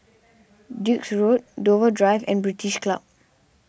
Duke's Road Dover Drive and British Club